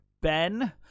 Ben